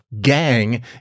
gang